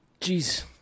Jeez